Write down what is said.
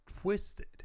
twisted